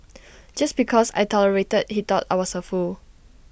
just because I tolerated he thought I was A fool